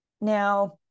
Now